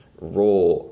raw